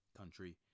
country